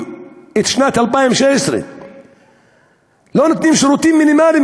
את שנת 2016. לא נותנים שירותים מינימליים,